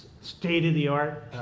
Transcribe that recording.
state-of-the-art